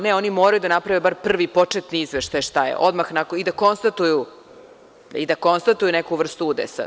Ne, oni moraju da naprave bar prvi početni izveštaj šta je i da konstatuju neku vrstu udesa.